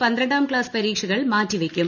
ഈ പന്ത്രണ്ടാം ക്ലാസ്സ് പരീക്ഷകൾ മാറ്റിവയ്ക്കും